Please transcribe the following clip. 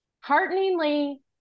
Hearteningly